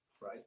Right